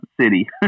city